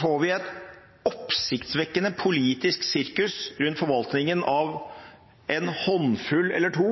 får vi et oppsiktsvekkende, politisk sirkus rundt forvaltningen av en håndfull eller to